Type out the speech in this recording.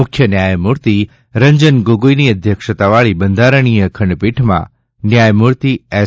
મુખ્ય ન્યાયમૂર્તિ શ્રી રંજન ગોગાઈની અધ્યક્ષતાવાળી બંધારણીય ખંડપીઠમાં ન્યાયમૂર્તિ એસ